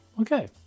okay